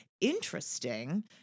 interesting